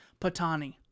Patani